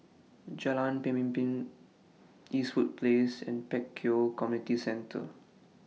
Jalan Pemimpin Eastwood Place and Pek Kio Community Centre